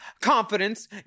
confidence